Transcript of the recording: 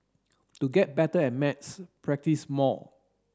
to get better at maths practise more